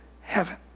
heaven